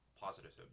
positive